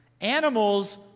animals